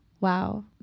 Wow